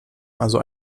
also